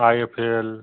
I F L